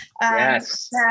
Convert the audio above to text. Yes